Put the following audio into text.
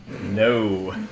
No